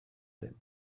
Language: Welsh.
ddim